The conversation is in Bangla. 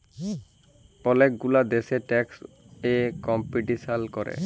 ওলেক গুলা দ্যাশে ট্যাক্স এ কম্পিটিশাল ক্যরে